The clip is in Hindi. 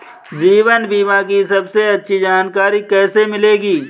जीवन बीमा की सबसे अच्छी जानकारी कैसे मिलेगी?